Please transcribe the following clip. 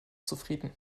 zufrieden